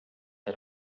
had